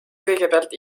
kõigepealt